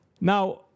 now